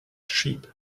sheep